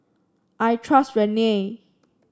I trust Rene